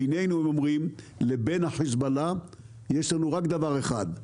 והם אומרים: בינינו לבין החזבאללה יש לנו רק דבר אחד,